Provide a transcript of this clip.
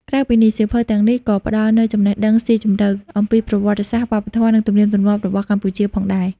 ក្រៅពីនេះ សៀវភៅទាំងនេះក៏ផ្ដល់នូវ ចំណេះដឹងស៊ីជម្រៅ អំពីប្រវត្តិសាស្ត្រ វប្បធម៌ និងទំនៀមទម្លាប់របស់កម្ពុជាផងដែរ។